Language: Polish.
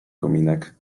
kominek